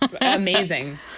Amazing